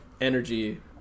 energy